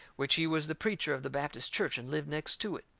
which he was the preacher of the baptist church and lived next to it.